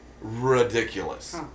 ridiculous